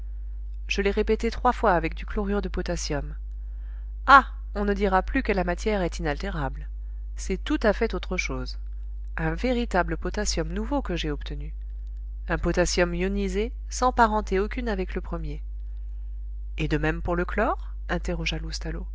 je l'ai répétée trois fois avec du chlorure de potassium ah on ne dira plus que la matière est inaltérable c'est tout à fait autre chose un véritable potassium nouveau que j'ai obtenu un potassium ionisé sans parenté aucune avec le premier et de même pour le chlore interrogea